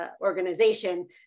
organization